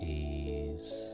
ease